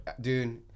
dude